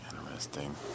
Interesting